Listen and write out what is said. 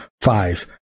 Five